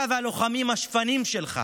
אתה והלוחמים השפנים שלך